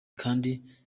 kandi